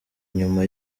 nyuma